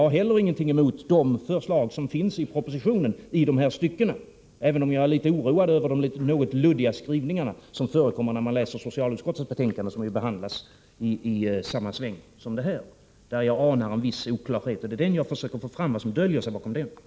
Vidare har jag ingenting emot de förslag som finns i propositionen i dessa avseenden, även om jag är litet oroad över de något luddiga skrivningarna i socialutskottets betänkande, som ju behandlas i detta sammanhang. Jag anar en viss oklarhet i fråga om detta betänkande. Vad jag här försöker få fram är just vad som döljer sig bakom den oklarheten.